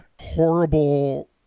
horrible